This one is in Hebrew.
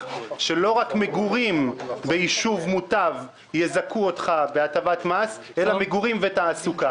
שלא רק מגורים בישוב מוטב יזכו אותך בהטבת מס אלא מגורים ותעסוקה.